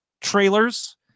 trailers